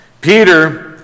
Peter